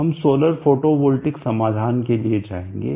हम solar photovoltaic समाधान के लिए जाएंगे